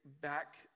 back